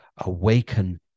awaken